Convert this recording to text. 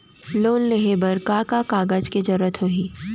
Loan लेहे बर का का कागज के जरूरत होही?